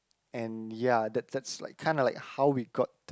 and ya that that's like kinda like how we got